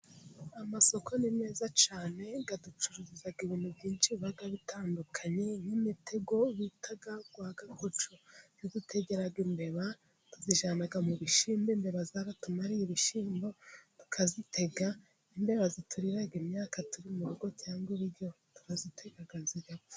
Amasoko ni meza cyane, aducururiza ibintu byinshi biba bitandukanye, nk'imitego bita rwa gakoco, iyo dutega imbeba tuzijyana mu bishyimbo, imbeba zaratumamariye ibishyimbo tukazitega, imbera ziturira imyaka turi mu rugo, cyangwa ibiryo turazitega zigapfa.